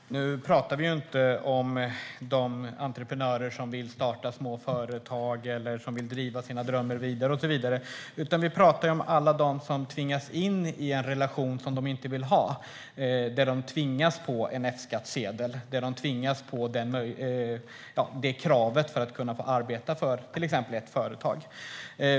Herr talman! Nu talar vi inte om de entreprenörer som vill starta små företag eller som vill driva sina drömmar vidare, och så vidare. Vi talar om alla dem som tvingas in i en relation som de inte vill ha där de tvingas på en F-skattsedel och det kravet för att kunna få arbeta för till exempel ett företag.